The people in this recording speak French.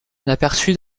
inaperçue